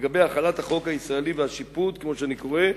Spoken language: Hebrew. בהחלת החוק הישראלי ובשיפוט, כמו שאני קורא,